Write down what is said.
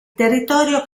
territorio